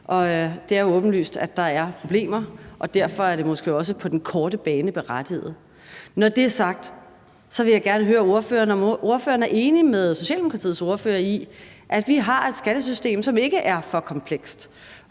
det er åbenlyst, at der er problemer, og derfor er det måske også på den korte bane berettiget. Når det er sagt, vil jeg gerne høre ordføreren, om ordføreren er enig med Socialdemokratiets ordfører i, at vi har et skattesystem, som ikke er for komplekst,